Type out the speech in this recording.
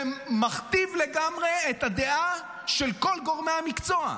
ומכתיב לגמרי את הדעה של כל גורמי המקצוע.